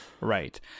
Right